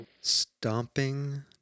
stomping